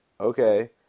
okay